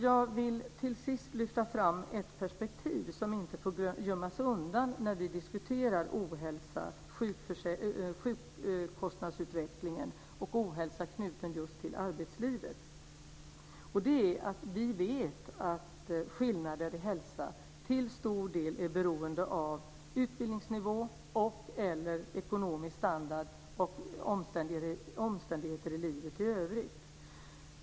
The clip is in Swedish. Jag vill till sist lyfta fram ett perspektiv som inte får gömmas undan när vi diskuterar ohälsa, sjukkostnadsutvecklingen och ohälsa knuten just till arbetslivet. Det är att vi vet att skillnader i hälsa till stor del är beroende av utbildningsnivå, ekonomisk standard och omständigheter i livet i övrigt.